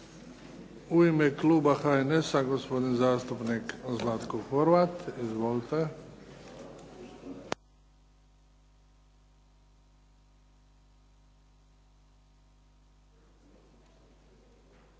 U ime kluba HNS-a, gospodin zastupnik Zlatko Horvat. Izvolite.